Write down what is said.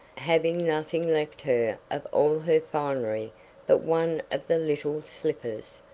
having nothing left her of all her finery but one of the little slippers,